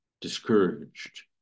discouraged